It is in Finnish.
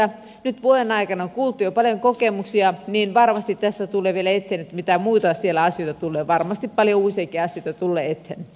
nyt vuoden aikana on kuultu jo paljon kokemuksia ja varmasti tässä tulee vielä eteen mitä muuta siellä asioita tulee varmasti paljon uusiakin asioita tulee eteen